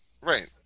right